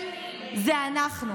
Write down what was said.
הם זה אנחנו,